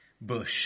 bush